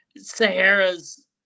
Sahara's